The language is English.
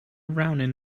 rounin